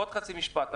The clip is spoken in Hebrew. עוד חצי משפטי.